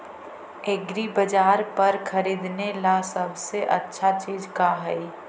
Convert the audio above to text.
एग्रीबाजार पर खरीदने ला सबसे अच्छा चीज का हई?